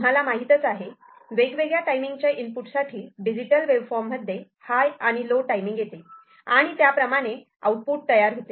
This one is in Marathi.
तुम्हाला माहीतच आहे वेगवेगळ्या टाइमिंग च्या इनपुट साठी डिजिटल वेवफॉर्म मध्ये हाय आणि लो टाइमिंग येते आणि त्याप्रमाणे आउटपुट तयार होते